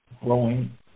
growing